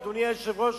אדוני היושב-ראש,